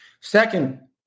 Second